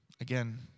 Again